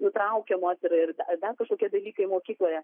nutraukiamos ir ir dar kažkokie dalykai mokykloje